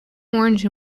orange